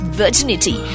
virginity